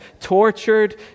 tortured